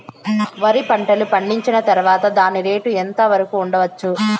వరి పంటలు పండించిన తర్వాత దాని రేటు ఎంత వరకు ఉండచ్చు